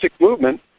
movement